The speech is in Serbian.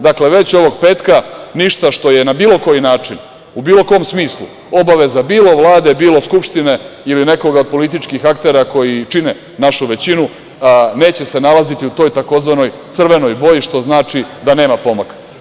Dakle, već ovog petka ništa što je na bilo koji način, u bilo kom smislu obaveza bilo Vlade, bilo Skupštine ili nekoga od političkih aktera koji čine našu većinu neće se nalaziti u toj tzv. crvenoj boji, što znači da nema pomaka.